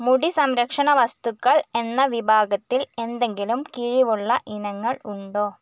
മുടി സംരക്ഷണ വസ്തുക്കൾ എന്ന വിഭാഗത്തിൽ എന്തെങ്കിലും കിഴിവുള്ള ഇനങ്ങൾ ഉണ്ടോ